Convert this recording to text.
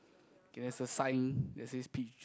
okay there is a sign that says peach juice